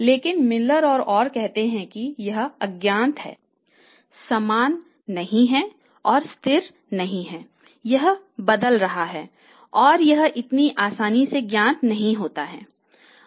लेकिन Miller और Orr कहते हैं कि यह अज्ञात है समान नहीं है और स्थिर नहीं है यह बदल रहा है और यह इतनी आसानी से ज्ञात नहीं होता है